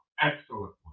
Excellent